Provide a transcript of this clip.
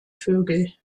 vögel